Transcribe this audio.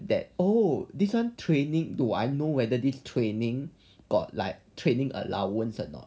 that oh this one training do I know whether this training got like training allowance or not